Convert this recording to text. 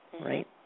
right